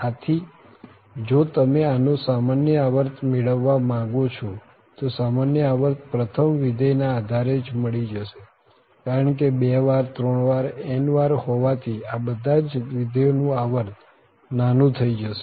આથી જો તમે આનો સામાન્ય આવર્ત મેળવવા માંગો છો તો સામાન્ય આવર્ત પ્રથમ વિધેય ના આધારે જ મળી જશે કારણ કે બે વાર ત્રણ વાર n વાર હોવાથી અ બધા જ વિધેયો નું આવર્ત નાનું થઇ જશે